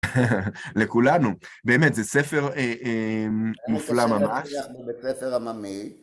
לכולנו. באמת, זה ספר מופלא ממש. מבית ספר עממי